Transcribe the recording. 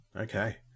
Okay